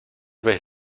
vez